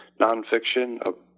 nonfiction